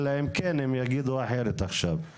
אלא אם כן הם יגידו אחרת עכשיו.